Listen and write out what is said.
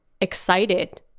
excited